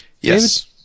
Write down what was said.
Yes